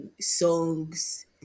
songs